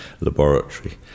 laboratory